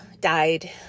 died